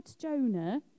Jonah